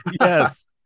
Yes